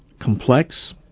complex